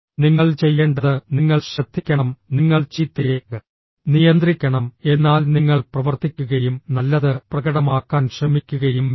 നിങ്ങൾ ചെയ്യേണ്ടത് നിങ്ങൾ ശ്രദ്ധിക്കണം നിങ്ങൾ ചീത്തയെ നിയന്ത്രിക്കണം എന്നാൽ നിങ്ങൾ പ്രവർത്തിക്കുകയും നല്ലത് പ്രകടമാക്കാൻ ശ്രമിക്കുകയും വേണം